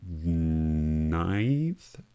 ninth